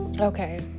Okay